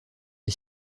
est